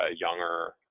younger